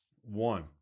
one